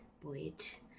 poet